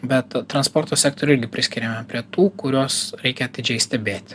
bet transporto sektorių priskiria prie tų kuriuos reikia atidžiai stebėt